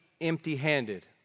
empty-handed